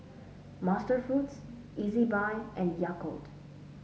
MasterFoods Ezbuy and Yakult